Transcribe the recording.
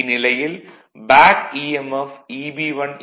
vlcsnap 2018 11 05 10h11m35s223 இந்நிலையில் பேக் ஈ